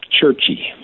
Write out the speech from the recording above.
churchy